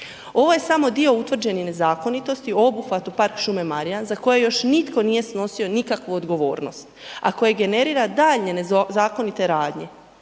Ovo je samo dio utvrđenih nezakonitosti u obuhvatu Park šume Marjan za koje još nitko nije snosio nikakvu odgovornost, a koje generira daljnje nezakonite radnje